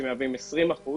שמהווים 20%,